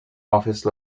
office